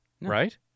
right